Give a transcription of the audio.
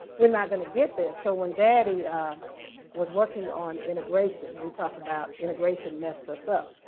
we're not going to get there. so when daddy was working on integration we talk about integration messed us up.